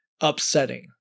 upsetting